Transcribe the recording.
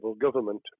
government